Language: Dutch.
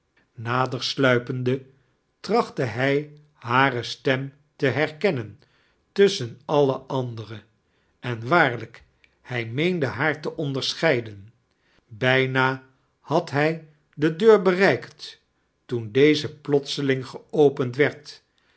nader sluipende trachtte hij hare stem te herkennen tusschen alle andere en waarlijk hij meande haar te onderscheiden bijna had hij die deur bereikt toen deze plotseling geopend werd